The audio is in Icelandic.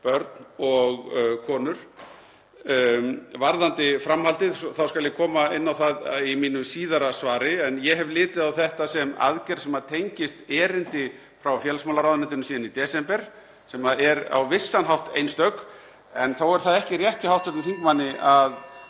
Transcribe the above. börn og konur. Varðandi framhaldið skal ég koma inn á það í mínu síðara svari, en ég hef litið á þetta sem aðgerð sem tengist erindi frá félagsmálaráðuneytinu síðan í desember, sem er á vissan hátt einstök. En þó er það ekki rétt hjá hv. þingmanni að